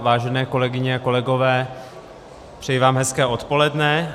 Vážené kolegyně, kolegové, přeji vám hezké odpoledne.